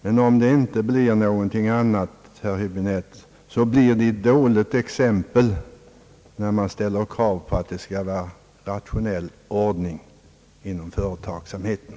Men om det inte betyder något annat, herr Häbinette, att socialförsäkringsbolagen fortsätter sin verksamhet, så utgör det i alla fall ett dåligt exempel, när man ställer krav på att det skall vara rationell ordning inom företagsamheten.